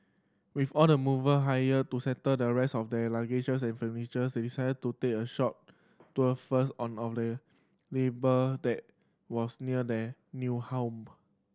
with all the mover hired to settle the rest of their luggage's and furniture's they decided to take a short tour first on of the neighbour that was near their new home